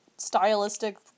stylistic